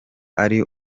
ari